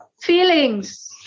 feelings